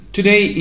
Today